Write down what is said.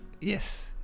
Yes